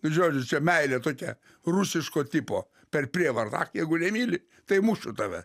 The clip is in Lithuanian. ir žodžiu čia meilė tokia rusiško tipo per prievartą ach jeigu nemyli tai muša tave